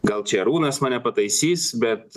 gal čia arūnas mane pataisys bet